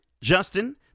Justin